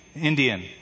Indian